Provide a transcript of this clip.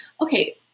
okay